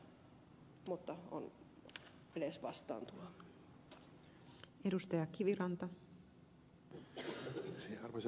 arvoisa puhemies